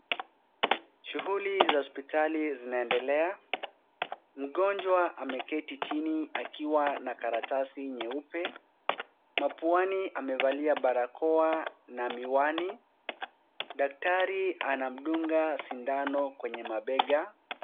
Shughuli za hosipitali zinaendelea, mgonjwa ameketi chini akiwa na karatasi nyeupe, mapuani amevalia barakoa na miwani, daktari anamudunga sindano kwenye mabega.